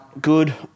good